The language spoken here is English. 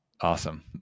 Awesome